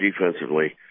defensively